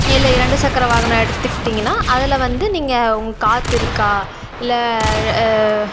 இல்லை இரண்டு சக்கர வாகனம் எடுத்துக்கிட்டிங்கன்னால் அதில் வந்து நீங்கள் உங்கள் காற்று இருக்கா இல்லை